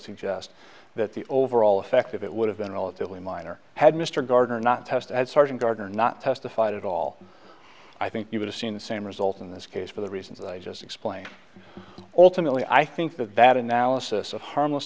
suggest that the overall effect of it would have been relatively minor had mr gardner not tested sergeant gardner not testified at all i think you would have seen the same result in this case for the reasons i just explained alternately i think that that analysis of harmless